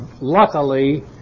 Luckily